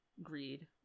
greed